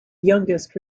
youngest